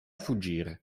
fuggire